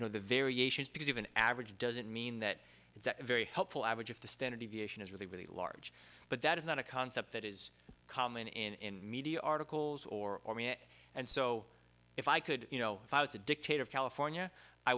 you know the variations because of an average doesn't mean that it's a very helpful average of the standard deviation is really really large but that is not a concept that is common in media articles or and so if i could you know if i was a dictator of california i